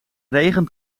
regen